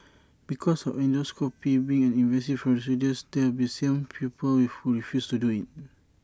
because of endoscopy being an invasive procedures there will be some people who refuse to do IT